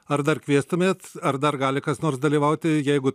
ar dar kviestumėt ar dar gali kas nors dalyvauti jeigu